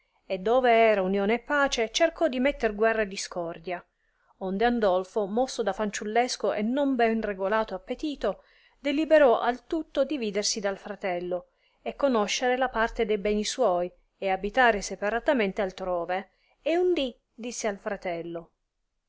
e dove era unione e pace cercò di metter guerra e discordia onde andolfo mosso da fanciullesco e non ben regolato appetito deliberò al tutto dividersi dal fratello e conoscere la parte di beni suoi e abitare separatamente altrove e un dì disse al fratello